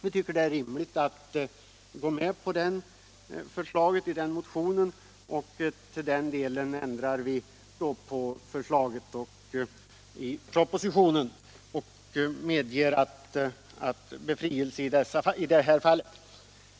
Vi tycker att det är rimligt att gå med på det förslaget. Vi vill till den delen ändra på propositionens förslag och medge befrielse från avgiften i det fallet.